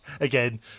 Again